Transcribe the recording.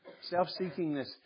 Self-seekingness